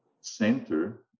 center